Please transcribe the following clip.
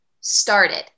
started